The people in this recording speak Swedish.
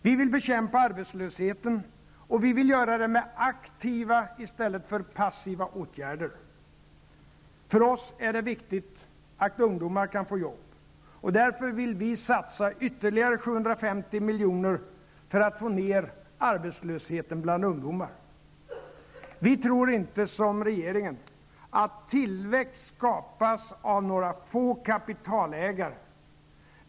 Vi vill bekämpa arbetslösheten, och vi vill göra det med aktiva i stället för passiva åtgärder. För oss är det viktigt att ungdomar kan få jobb. Därför vill vi satsa ytterligare 750 miljoner för att få ner arbetslösheten bland ungdomar. Vi tror inte, som regeringen, att tillväxt skapas av några få kapitalägare.